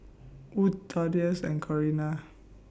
Wood Thaddeus and Corrina